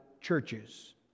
churches